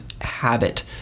habit